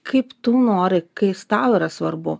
kaip tu nori kai jis tau yra svarbu